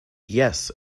yes